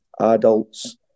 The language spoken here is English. adults